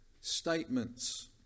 statements